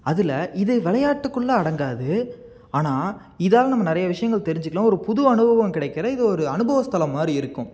அதில் இது விளையாட்டுக்குள்ள அடங்காது ஆனால் இதாலே நம்ம நிறைய விஷயங்கள் தெரிஞ்சிக்கலாம் ஒரு புது அனுபவம் கிடைக்கிற இது ஒரு அனுபவ ஸ்தலம் மாதிரி இருக்கும்